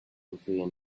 inferior